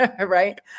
right